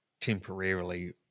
temporarily